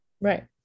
Right